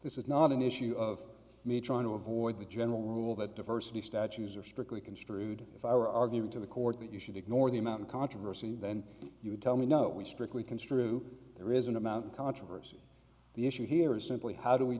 this is not an issue of me trying to avoid the general rule that diversity statues are strictly construed if i were arguing to the court that you should ignore the amount of controversy and then you would tell me no we strictly construe there is an amount of controversy the issue here is simply how do we